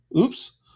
Oops